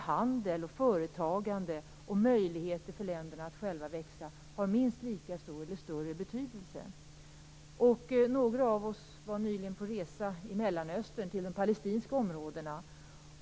Handel, företagande och möjligheter för länderna att själva växa har minst lika stor eller större betydelse. Några av oss var nyligen på resa i Mellanöstern, till de palestinska områdena.